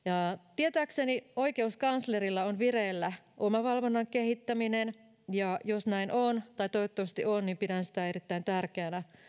tietääkseni oikeuskanslerilla on vireillä omavalvonnan kehittäminen ja jos näin on toivottavasti on niin pidän sitä erittäin tärkeänä